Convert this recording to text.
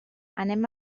anem